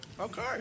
Okay